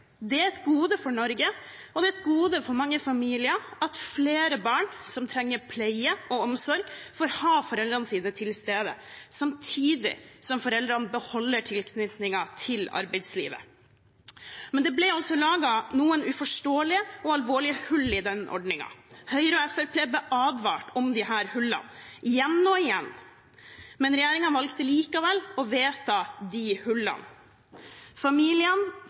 Det er et gode for Norge og et gode for mange familier at flere barn som trenger pleie og omsorg, får ha foreldrene sine til stede, samtidig som foreldrene beholder tilknytningen til arbeidslivet. Men det ble altså laget noen uforståelige og alvorlige hull i den ordningen. Høyre og Fremskrittspartiet ble advart om disse hullene igjen og igjen, men regjeringen valgte likevel å vedta de hullene. Familiene,